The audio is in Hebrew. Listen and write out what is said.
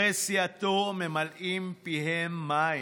וחברי סיעתו ממלאים פיהם מים.